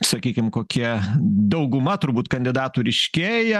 sakykim kokie dauguma turbūt kandidatų ryškėja i